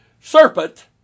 serpent